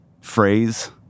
phrase